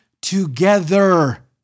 together